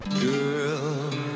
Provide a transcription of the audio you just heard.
Girl